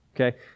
okay